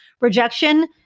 rejection